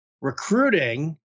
recruiting